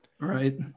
Right